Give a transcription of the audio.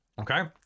okay